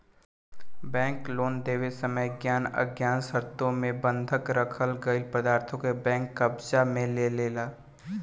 bank loan देवे समय ज्ञात अज्ञात शर्तों मे बंधक राखल गईल पदार्थों के बैंक कब्जा में लेलेला